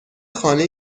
خانه